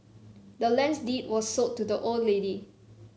the land's deed was sold to the old lady